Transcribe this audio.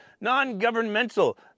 non-governmental